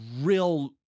real